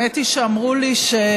האמת היא שאמרו לי שטעות